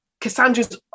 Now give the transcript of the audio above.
Cassandra's